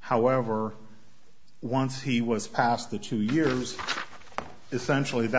however once he was past the two years essentially that